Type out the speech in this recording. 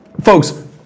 Folks